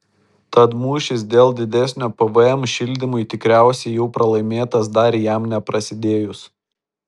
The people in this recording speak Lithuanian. tad mūšis dėl didesnio pvm šildymui tikriausiai jau pralaimėtas dar jam neprasidėjus